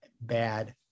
bad